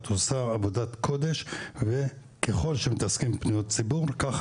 את עושה עבודת קודש וככל שמתעסקים בפניות הציבור כך